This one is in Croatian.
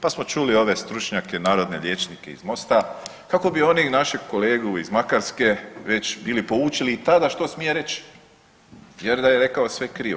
Pa smo čuli ove stručnjake, narodne liječnike iz MOST-a kako bi oni našeg kolegu iz Makarske već bili poučili i tada što smije reći jer da je rekao sve krivo.